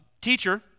Teacher